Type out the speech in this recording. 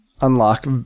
unlock